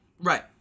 Right